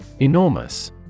Enormous